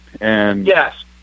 Yes